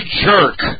jerk